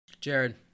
Jared